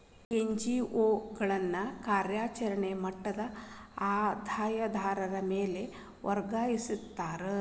NGO ಗಳನ್ನ ಕಾರ್ಯಚರೆಣೆಯ ಮಟ್ಟದ ಆಧಾರಾದ್ ಮ್ಯಾಲೆ ವರ್ಗಿಕರಸ್ತಾರ